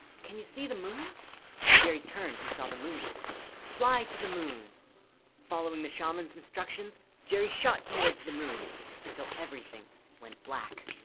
can you see the moon jerry turned and saw the moon fly to the moon following the shamans instructions jerry shot towards the moon until everything went black